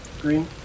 Green